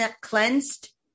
cleansed